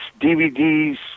DVDs